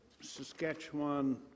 Saskatchewan